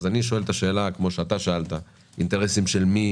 אני שואל את השאלה, כפי שאתה שאלת: אינטרסים של מי